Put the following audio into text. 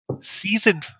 Season